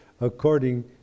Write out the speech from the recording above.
according